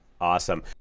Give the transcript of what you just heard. Awesome